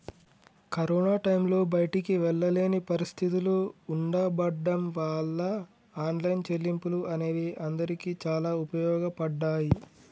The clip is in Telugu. కరోనా టైంలో బయటికి వెళ్ళలేని పరిస్థితులు ఉండబడ్డం వాళ్ళ ఆన్లైన్ చెల్లింపులు అనేవి అందరికీ చాలా ఉపయోగపడ్డాయి